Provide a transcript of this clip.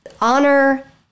honor